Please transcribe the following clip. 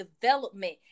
development